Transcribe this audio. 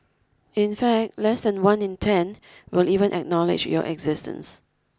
in fact less than one in ten will even acknowledge your existence